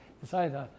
decided